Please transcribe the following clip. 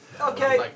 Okay